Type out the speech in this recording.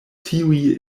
tiuj